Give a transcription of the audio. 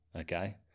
Okay